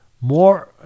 more